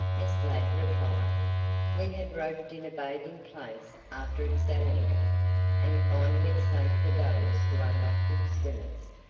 miss ladd replied we had roped in a bathing place after examining it and finding it safe for those who are not good swimmers,